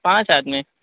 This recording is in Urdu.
پانچ آدمی